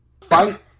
fight